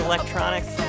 Electronics